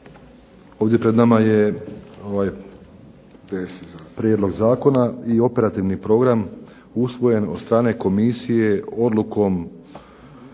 ovdje pred nama je ovaj prijedlog zakona i operativni program usvojen od strane komisije odlukom